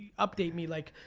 update me, like,